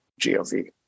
.gov